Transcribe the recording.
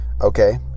okay